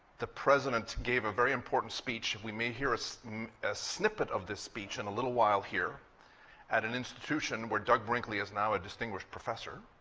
the president gave a very important speech. we may hear a snippet of this speech in a little while here at an institution where doug brinkley is now a distinguished professor,